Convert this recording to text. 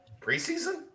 Preseason